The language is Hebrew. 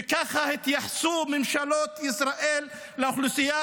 וככה התייחסו ממשלות ישראל לאוכלוסייה